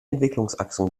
entwicklungsachsen